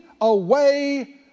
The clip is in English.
away